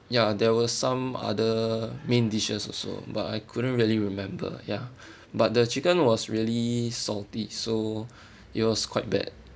ya there were some other main dishes also but I couldn't really remember ya but the chicken was really salty so it was quite bad